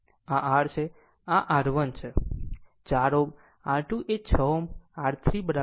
આ r છે આ r 1 છે 4 Ω r 2 એ 6 Ω r 3 2 Ω બરાબર છે